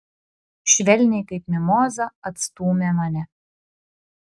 švelniai kaip mimozą atstūmė mane